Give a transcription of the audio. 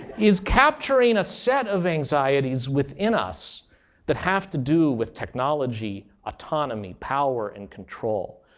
is capturing a set of anxieties within us that have to do with technology, autonomy, power, and control.